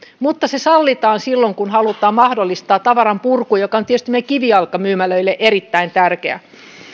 mutta se sallitaan silloin kun halutaan mahdollistaa tavaran purku joka on tietysti meidän kivijalkamyymälöillemme erittäin tärkeä